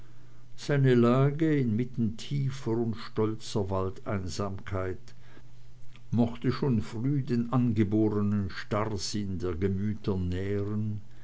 seine lage inmitten tiefer und stolzer waldeinsamkeit mochte schon früh den angeborenen starrsinn der gemüter nähren